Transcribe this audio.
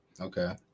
Okay